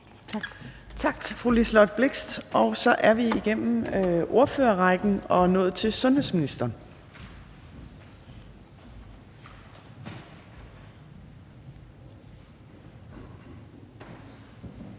Tak til fru Liselott Blixt. Så er vi igennem ordførerrækken og er nået til sundhedsministeren.